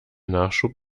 nachschub